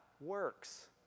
works